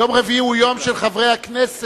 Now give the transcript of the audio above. יום רביעי הוא יום של חברי הכנסת.